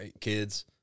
kids